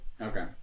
Okay